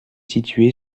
situé